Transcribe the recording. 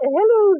Hello